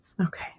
Okay